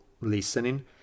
listening